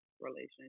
relationship